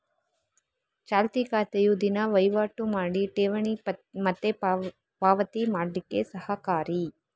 ಚಾಲ್ತಿ ಖಾತೆಯು ದಿನಾ ವೈವಾಟು ಮಾಡಿ ಠೇವಣಿ ಮತ್ತೆ ಪಾವತಿ ಮಾಡ್ಲಿಕ್ಕೆ ಸಹಕಾರಿ